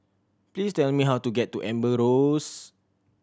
please tell me how to get to Amber Rose